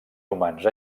humans